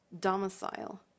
domicile